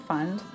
Fund